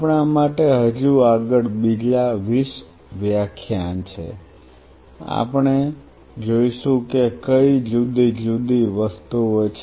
આપણા માટે હજુ આગળ બીજા 20 વ્યાખ્યાન છે આપણે જોઈશું કે કઈ જુદી જુદી વસ્તુઓ છે